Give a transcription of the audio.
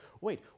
wait